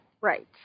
right